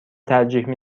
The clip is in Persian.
ترجیح